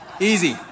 easy